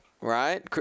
right